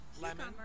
Lemon